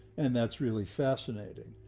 and that's really fascinating.